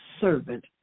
servant